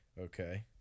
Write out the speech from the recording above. Okay